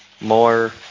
More